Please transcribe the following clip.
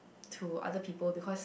to other people because